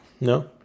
No